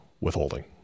withholding